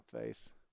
face